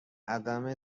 عدم